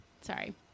sorry